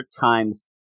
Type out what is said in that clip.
times